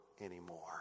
anymore